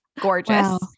Gorgeous